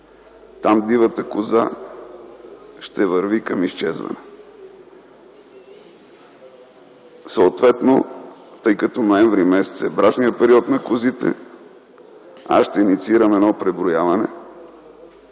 там дивата коза ще върви към изчезване. Тъй като месец ноември е брачният период на козите, аз ще инициирам едно преброяване